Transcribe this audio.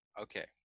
Okay